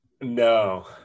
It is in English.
No